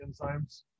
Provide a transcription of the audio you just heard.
enzymes